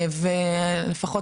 לפחות,